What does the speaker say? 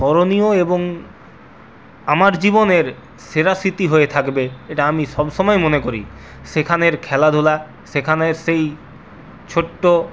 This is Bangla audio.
স্মরণীয় এবং আমার জীবনের সেরা স্মৃতি হয়ে থাকবে এটা আমি সবসময় মনে করি সেখানের খেলাধুলা সেখানের সেই ছোট্ট